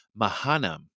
Mahanam